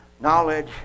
knowledge